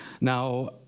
Now